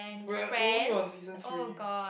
we are only on season three